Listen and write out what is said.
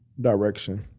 direction